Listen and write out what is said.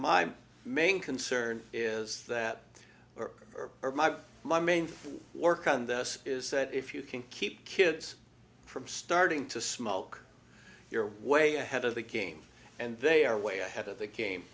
my main concern is that are my main work on this is that if you can keep kids from starting to smoke you're way ahead of the game and they are way ahead of the game